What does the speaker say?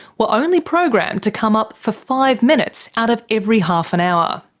were only programmed to come up for five minutes out of every half an hour.